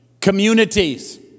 communities